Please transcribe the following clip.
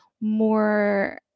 more